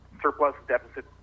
surplus-deficit